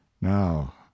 Now